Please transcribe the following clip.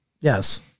Yes